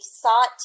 sought